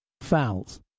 Fouls